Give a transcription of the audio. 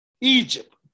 Egypt